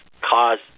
cause